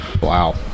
wow